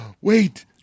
Wait